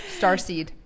Starseed